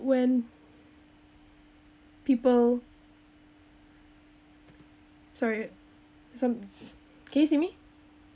when people sorry some can you see me